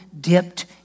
dipped